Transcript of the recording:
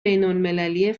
بینالمللی